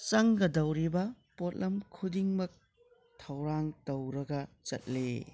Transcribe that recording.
ꯆꯪꯒꯗꯧꯔꯤꯕ ꯄꯣꯠꯂꯝ ꯈꯨꯗꯤꯡꯃꯛ ꯊꯧꯔꯥꯡ ꯇꯧꯔꯒ ꯆꯠꯂꯤ